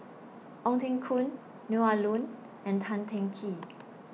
Ong Teng Koon Neo Ah Luan and Tan Teng Kee